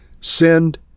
send